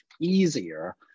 easier